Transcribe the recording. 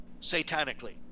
satanically